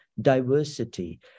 diversity